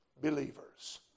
believers